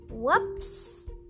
Whoops